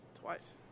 twice